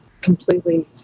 completely